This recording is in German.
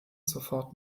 sofort